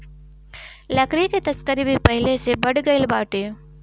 लकड़ी के तस्करी भी पहिले से बढ़ गइल बाटे